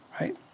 right